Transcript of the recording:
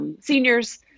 seniors